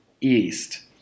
east